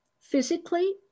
physically